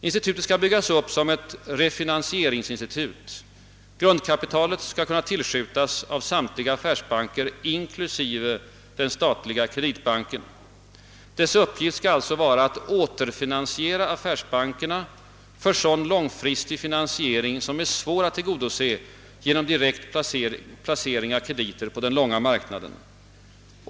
Institutet skall byggas upp som ett refinansieringsinstitut. Grundkapitalet skall kunna tillskjutas av samtliga affärsbanker inklusive den statliga kre ditbanken. Dess uppgift skall alltså vara att återfinansiera affärsbankerna för sådan långfristig finansiering som är svår att tillgodose genom direkt placering av krediter på den långa marknaden.